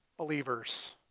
believers